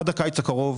עד הקיץ הקרוב,